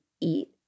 eat